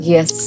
Yes